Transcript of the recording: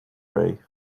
ray